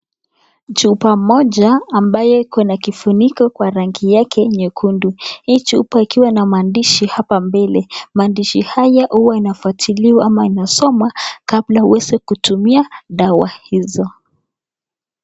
Chupa moja ambaye ikona kifuniko kwa rangi yake yekundu. Hii chupa ikiwa na maandishi hapa mbele maandishi haya huwa inafuatiliwa ama inasomwa kabla uweze kutumia dawa hizo.